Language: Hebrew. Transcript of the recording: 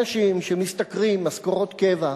אנשים שמשתכרים משכורות קבע,